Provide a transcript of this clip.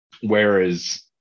whereas